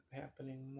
happening